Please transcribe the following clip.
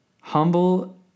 Humble